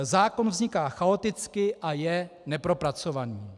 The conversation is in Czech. Zákon vzniká chaoticky a je nepropracovaný.